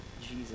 Jesus